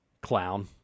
Clown